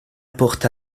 porte